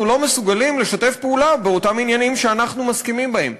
אנחנו לא מסוגלים לשתף פעולה באותם עניינים שאנחנו מסכימים בהם?